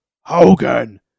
Hogan